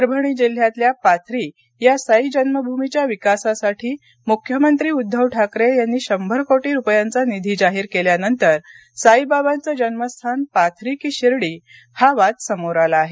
परभणी जिल्ह्यातल्या पाथरी या साईजन्मभूमीच्या विकासासाठी मुख्यमंत्री उद्दव ठाकरे यांनी शंभर कोटी रुपयांचा निधी जाहीर केल्यानंतर साईबाबांचं जन्मस्थान पाथरी की शिर्डी हा वाद समोर आला आहे